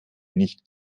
nicht